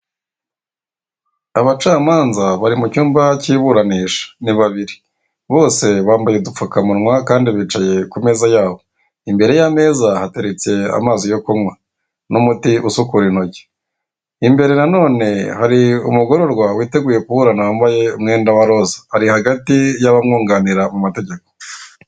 Abacamanza bari mu cyumba cy'iburanisha ni babiri, bose bambaye udupfakumwa kandi bicaye ku meza yabo, imbere y'ameza hateretse amazi yo kunywa n'umuti usukura intoki, imbere nanone hari umugororwa witeguye kuburana wambaye umwenda wa roza ari hagati y'abamwunganira mu mategeko.